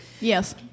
Yes